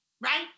right